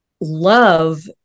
love